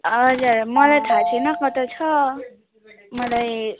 हजुर मलाई थाहा छैन कता छ मलाई